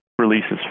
releases